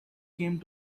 came